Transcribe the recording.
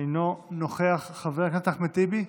אינו נוכח, חבר הכנסת אחמד טיבי,